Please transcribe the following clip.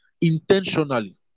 intentionally